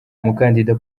umukandida